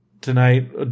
Tonight